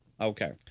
Okay